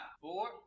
four